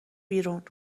بیرون